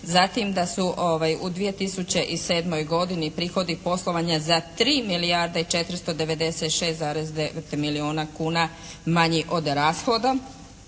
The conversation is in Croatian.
zatim da su u 2007. godini prihodi poslovanja za 3 milijarde i 496,9 milijuna kuna manji od rashoda.